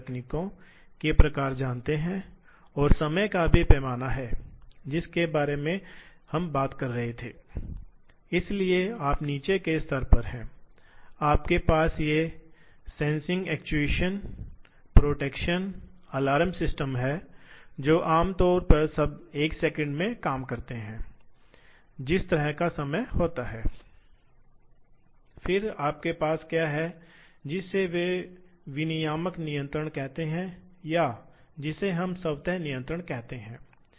लेकिन लेकिन आधुनिक मशीनों में ये चीजें बिल्कुल भी मौजूद नहीं हैं आधुनिक मशीनें सभी कंप्यूटर नियंत्रित होती हैं इसलिए मूल रूप से कंप्यूटर को नियंत्रित रूप से नियंत्रित करने का मतलब है कि कंप्यूटर नियंत्रण इसलिए यह एक आम तौर पर माइक्रोप्रोसेसर हो सकता है यह एक हो सकता है एक औद्योगिक पीसी हो कभी कभी यह एक पीएलसी होगा इसलिए विभिन्न प्रकार के औद्योगिक कंप्यूटरों का उपयोग किया जाता है